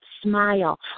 smile